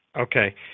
Okay